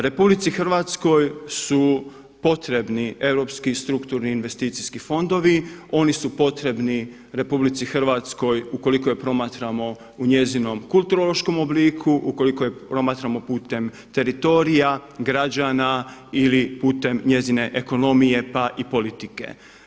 RH su potrebni europski strukturni investicijski fondovi, oni su potrebni RH ukoliko je promatramo u njezinom kulturološkom obliku, ukoliko je promatramo putem teritorija, građana ili putem njezine ekonomije pa i politike.